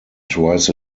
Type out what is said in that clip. twice